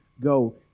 go